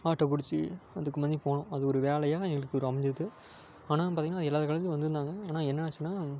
auto பிடிச்சி அதுக்கு மாதிரி போனோம் அது ஒரு வேலையாக எங்களுக்கு ஒரு அமைஞ்சிது ஆனால் அங்கே பார்த்தீங்கன்னா எல்லா காலேஜ்லேயும் வந்திருந்தாங்க ஆனால் என்ன ஆச்சுன்னா